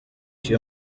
iyo